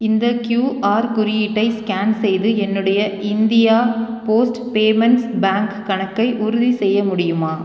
இந்த கியூஆர் குறியீட்டை ஸ்கேன் செய்து என்னுடைய இந்தியா போஸ்ட் பேமெண்ட்ஸ் பேங்க் கணக்கை உறுதிசெய்ய முடியுமா